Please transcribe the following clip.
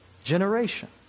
generation